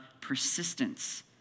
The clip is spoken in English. persistence